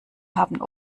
haben